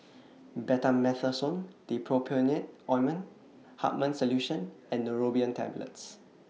Betamethasone Dipropionate Ointment Hartman's Solution and Neurobion Tablets